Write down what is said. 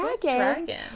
dragon